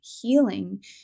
healing